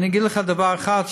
אני אגיד לך דבר אחד,